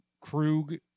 Krug